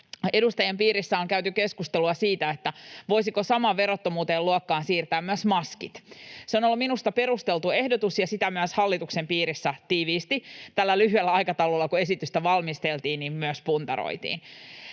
edustajien piirissä on käyty keskustelua siitä, voisiko saman verottomuuden luokkaan siirtää myös maskit. Se on ollut minusta perusteltu ehdotus, ja sitä myös hallituksen piirissä tiiviisti tällä lyhyellä aikataululla, kun esitystä valmisteltiin, puntaroitiin.